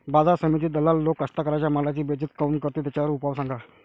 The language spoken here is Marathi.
बाजार समितीत दलाल लोक कास्ताकाराच्या मालाची बेइज्जती काऊन करते? त्याच्यावर उपाव सांगा